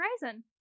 horizon